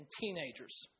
teenagers